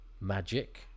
Magic